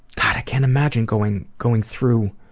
god i can't imagine going going through